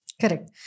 Correct